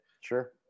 sure